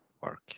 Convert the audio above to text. work